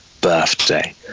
birthday